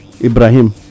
Ibrahim